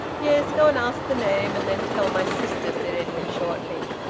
yes. go and ask the name, and then tell my sister, said edwin shortly.